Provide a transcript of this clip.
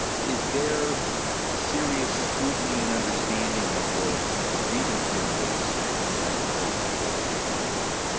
is there serious scrutiny and understanding of the of the grievance narratives in a lot of the terror groups we're we're focusing on?